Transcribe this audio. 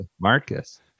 Marcus